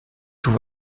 tout